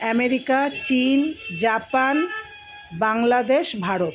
America চীন Japan Bangladesh Bharat